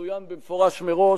צוין במפורש מראש.